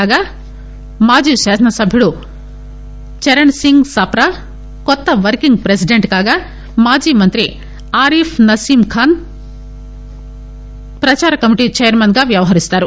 కాగా మాజీ మాజీ కాసనసభ్యుడు చరణ్ సింగ్ సప్రా కొత్త వర్కింగ్ ప్రసిడెంట్ కాగా మాజీ మంత్రి ఆరీఫ్ నసీమ్ ఖాన్ ప్రదార కమిటీ చైర్మన్ గా వ్యవహరిస్తారు